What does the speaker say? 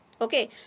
okay